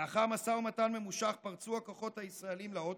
לאחר משא ומתן ממושך פרצו הכוחות הישראליים לאוטובוס,